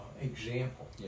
example